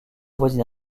voisine